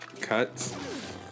cuts